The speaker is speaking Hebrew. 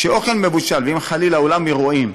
כשאוכל מבושל, ואם חלילה אולם אירועים,